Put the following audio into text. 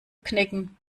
knicken